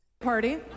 party